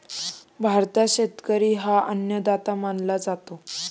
भारतात शेतकरी हा अन्नदाता मानला जातो